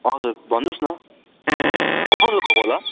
हजुर भन्नुहोस् न को बोल्नु भएको होला